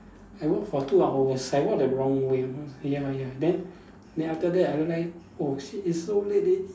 I walk for two hours I walk the wrong way ya ya then then after that I realise oh shit it's so late already